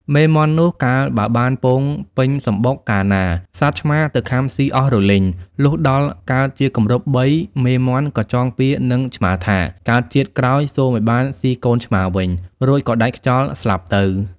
មេមាន់នោះ កាលបើបានពងពេញសំបុកកាលណា សត្វឆ្មាទៅខាំស៊ីអស់រលីង លុះដល់កើតជាគម្រប់បី មេមាន់ក៏ចងពៀរនឹងឆ្មាថា "កើតជាតិក្រោយសូមឲ្យបានស៊ីកូនឆ្មាវិញ” រួចក៏ដាច់ខ្យល់ស្លាប់ទៅ។